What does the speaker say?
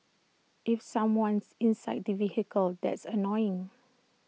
if someone's inside the vehicle that's annoying